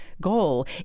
goal